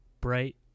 bright